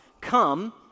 come